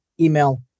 email